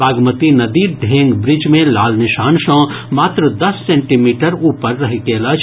बागमती नदी ढेंगब्रिज मे लाल निशान सँ मात्र दस सेंटीमीटर ऊपर रहि गेल अछि